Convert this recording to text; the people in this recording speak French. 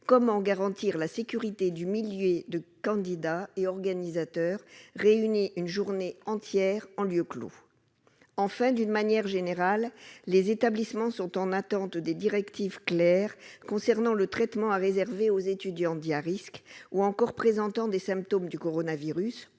comment garantir la sécurité du millier de candidats et organisateurs réunis une journée entière en un lieu clos ? Enfin, d'une manière générale, les établissements sont en attente de directives claires concernant le traitement à réserver aux étudiants dits à risques, ou encore présentant des symptômes du coronavirus